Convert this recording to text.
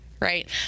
Right